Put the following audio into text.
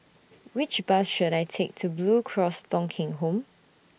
Which Bus should I Take to Blue Cross Thong Kheng Home